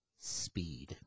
Speed